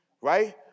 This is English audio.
Right